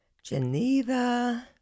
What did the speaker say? Geneva